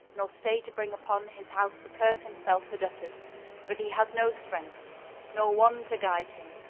nor stay to bring upon his house the curse himself had uttered but he has no strength nor one to guide him,